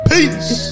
Peace